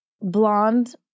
blonde